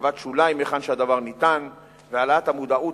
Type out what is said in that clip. הרחבת שוליים היכן שהדבר ניתן והעלאת המודעות,